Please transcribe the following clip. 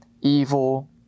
evil